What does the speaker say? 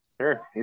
sure